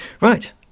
Right